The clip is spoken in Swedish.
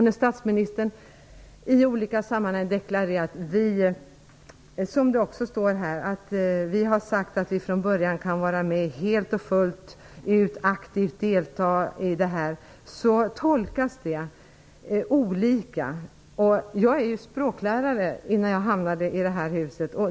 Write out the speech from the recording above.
När statsministern i olika sammanhang deklarerar att vi från början helt och fullt kan vara med och aktivt delta, tolkas det olika. Jag var språklärare innan jag hamnade i det här huset.